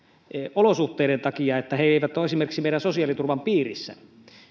olosuhteiden takia eli he eivät ole esimerkiksi meidän sosiaaliturvan piirissä